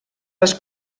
les